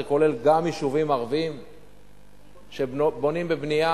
זה כולל גם יישובים ערביים שבונים בבנייה